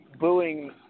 Booing